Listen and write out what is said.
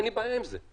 אין לי בעיה עם זה.